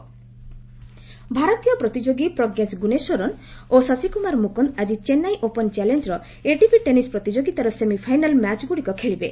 ATP ଟେନ୍ସିଲ୍ ଭାରତୀୟ ପ୍ରତିଯୋଗୀ ପ୍ରଜ୍ଜେଶ ଗୁନ୍ନେଶ୍ୱରନ୍ ଓ ଶଶିକୁମାର ମୁକୁନ୍ଦ ଆଜି Chennai open challenger ATP tennis ପ୍ରତିଯୋଗିତାର ସେମିଫାଇନାଲ୍ ମ୍ୟାଚ୍ଗୁଡ଼ିକ ଖେଳିବେ